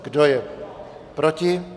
Kdo je proti?